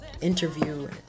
interview